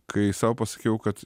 kai sau pasakiau kad